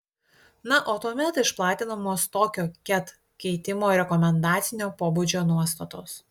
na o tuomet išplatinamos tokio ket keitimo rekomendacinio pobūdžio nuostatos